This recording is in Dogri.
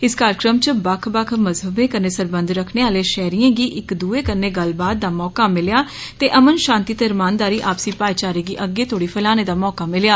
इस काजक्रर्म च बक्ख बक्ख मजहबे कननै सरबंध रक्खने आहले शैहरियें गी इक दुए कन्नै गल्लबात दा मौका मिलेआ ते अमन शांति ते रमानदारी आपसी भाईचारे गी अग्गै तोड़ी फलाने दा मौका मिलेआ